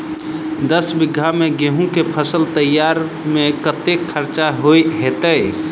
दस बीघा मे गेंहूँ केँ फसल तैयार मे कतेक खर्चा हेतइ?